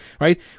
right